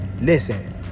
listen